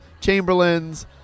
Chamberlains